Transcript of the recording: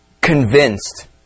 convinced